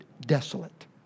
desolate